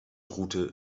route